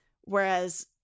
whereas